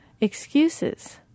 excuses